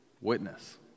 Witness